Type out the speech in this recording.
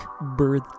bird